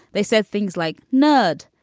they said things like nerd,